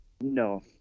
No